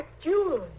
jewels